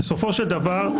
בסופו של דבר,